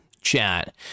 chat